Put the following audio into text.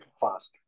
fast